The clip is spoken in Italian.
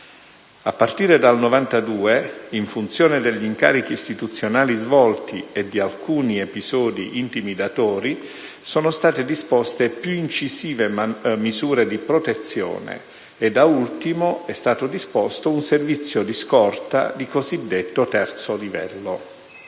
A partire dal 1992, in funzione degli incarichi istituzionali svolti e di alcuni episodi intimidatori, sono state disposte più incisive misure di protezione, e da ultimo è stato disposto un servizio di scorta di cosiddetto terzo livello.